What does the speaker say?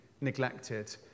neglected